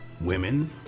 women